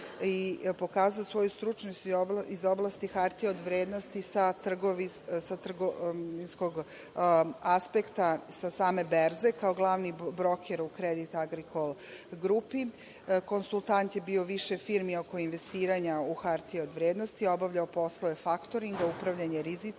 pokazao svoju stručnost iz oblasti hartija od vrednosti sa trgovinskog aspekta, sa same berze, kao glavni broker u Credit Agricole grupi. Konsultant je bio u više firmi oko investiranja u hartije od vrednosti, a obavljao poslove faktoringa, upravljanja rizicima,